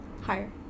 Higher